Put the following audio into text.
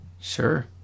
Sure